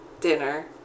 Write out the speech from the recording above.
dinner